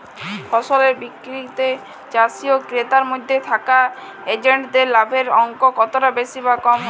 ফসলের বিক্রিতে চাষী ও ক্রেতার মধ্যে থাকা এজেন্টদের লাভের অঙ্ক কতটা বেশি বা কম হয়?